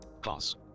class